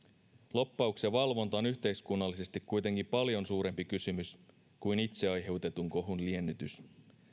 lobbauksen valvonta on yhteiskunnallisesti kuitenkin paljon suurempi kysymys kuin itse aiheutetun kohun liennytys